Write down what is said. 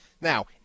Now